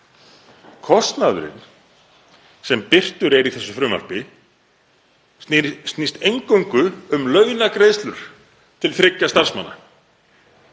Kostnaðurinn sem birtur er í frumvarpinu snýst eingöngu um launagreiðslur til þriggja starfsmanna.